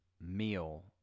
meal